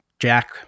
Jack